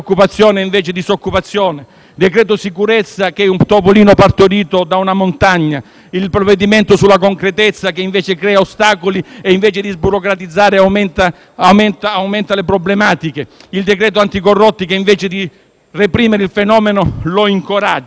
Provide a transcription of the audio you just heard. decreto sicurezza, che è un topolino partorito da una montagna; il provvedimento sulla concretezza, che, al contrario, crea ostacoli e anziché sburocratizzare aumenta le problematiche; il decreto anticorrotti, che invece di reprimere il fenomeno lo incoraggia. Vi